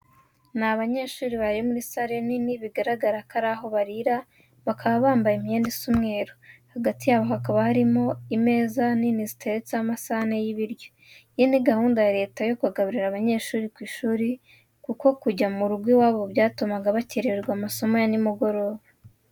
Ni abanyeshuri bari muri sale nini bigaragara ko ari aho barira, bakaba bambaye imyenda isa umweru, hagati yabo hakaba harimo imeza nini ziteretseho amasahane y'ibiryo. Iyi ni gahunda ya Leta yo kugaburira abanyeshuri ku ishuri kuko kujya mu rugo iwabo byatumaga bakerererwa amasomo ya nimugoroba.